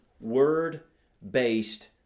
Word-based